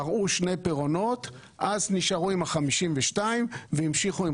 פרעו שני פירעונות ונשארו עם ה-52 והמשיכו עם